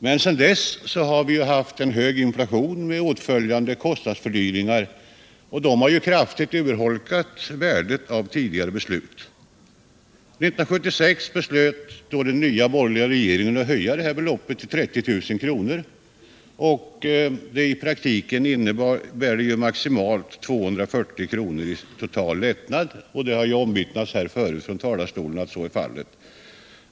Men sedan dess har det varit en hög inflation med åtföljande kostnadsfördyringar, vilka kraftigt urholkat de belopp som tidigare beslut gällde. År 1976 beslöt den nya borgerliga regeringen att höja beloppet till 30 000 kr., vilket i praktiken innebär maximalt 240 kr. i total lättnad. Det har omvittnats från talarstolen att så är fallet.